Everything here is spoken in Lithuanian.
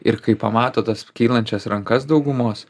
ir kai pamato tas kylančias rankas daugumos